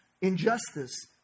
injustice